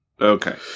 Okay